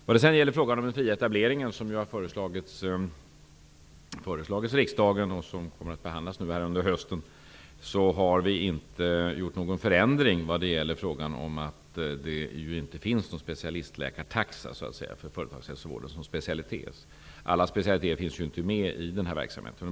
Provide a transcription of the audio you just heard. Vad sedan gäller frågan om den fria etableringen, som ju har föreslagits riksdagen och som kommer att behandlas under hösten, har vi inte gjort någon förändring i fråga om att det ju inte finns någon specialistläkartaxa för företagshälsovården som specialitet. Alla specialiteter finns ju inte med i den här verksamheten.